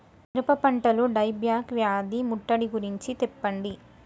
మిరప పంటలో die back వ్యాధి ముట్టడి గురించి తెల్పండి?